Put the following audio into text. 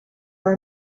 are